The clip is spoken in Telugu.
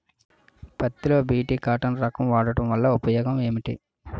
పత్తి లో బి.టి కాటన్ రకం వాడకం వల్ల ఉపయోగం ఏమిటి?